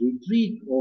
retreat